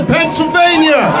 Pennsylvania